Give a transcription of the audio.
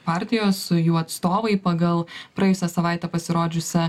partijos jų atstovai pagal praėjusią savaitę pasirodžiusią